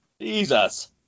Jesus